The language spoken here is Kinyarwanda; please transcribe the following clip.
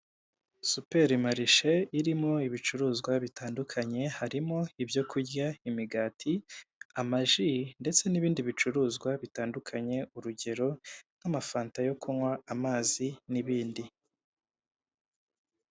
superi marishe irimo ibicuruzwa bitandukanye, harimo ibyo kurya, imigati, amaji ndetse n'ibindi bicuruzwa bitandukanye. urugero nk'amafanta yo kunywa, amazi n'ibindi.